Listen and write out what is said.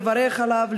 לברך עליו,